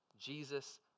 Jesus